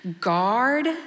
guard